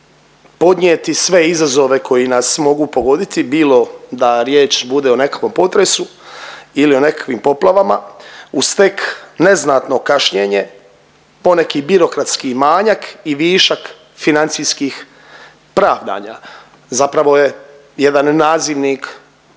podnijeti sve izazove koji nas mogu pogoditi bilo da riječ bude o nekakvom potresu ili o nekakvim poplavama, uz tek neznatno kašnjenje poneki birokratski manjak i višak financijskih pravdanja zapravo je jedan nazivnik